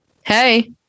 Hey